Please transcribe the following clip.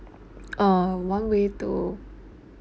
um one way to